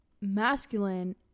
masculine